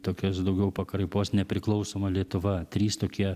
tokios daugiau pakraipos nepriklausoma lietuva trys tokie